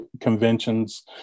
conventions